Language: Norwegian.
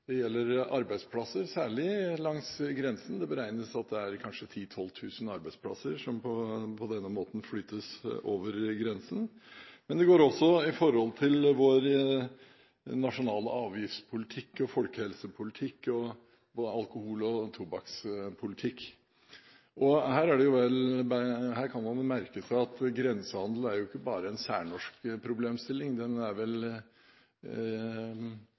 det gjelder utformingen av norsk politikk. Det gjelder arbeidsplasser, særlig langs grensen. Det beregnes at det kanskje er 10 000–12 000 arbeidsplasser som på denne måten flyttes over grensen. Men det går også på vår nasjonale avgiftspolitikk, folkehelsepolitikk og alkohol- og tobakkspolitikk. Her kan en merke seg at grensehandel ikke bare er en særnorsk problemstilling. Den er vel